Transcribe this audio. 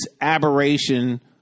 aberration